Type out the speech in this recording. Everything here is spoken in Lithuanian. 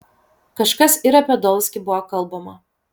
kažkas ir apie dolskį buvo kalbama